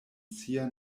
sia